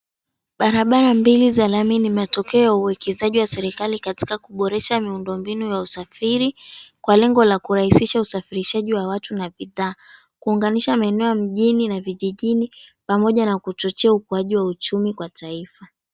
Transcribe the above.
Barabara mbili za lami ni matokeo ya uwekezaji wa serikali katika kuboresha miundombinu ya usafiri, kwa lengo la kurahisisha usafirishaji wa watu na bidhaa. Kuunganisha maeneo mjini na vijijini, pamoja na kuchochea ukuaji wa uchumi kwa taifa.